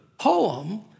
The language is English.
poem